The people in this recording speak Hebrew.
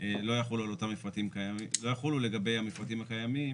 לא יחולו לגבי המפרטים הקיימים.